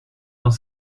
dans